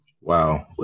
Wow